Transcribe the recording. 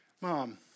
Mom